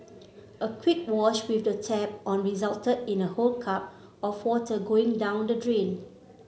a quick wash with the tap on resulted in a whole cup of water going down the drain